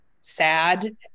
sad